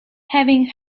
having